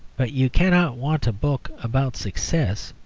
but you cannot want a book about success.